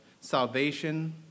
salvation